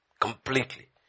completely